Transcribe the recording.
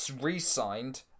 re-signed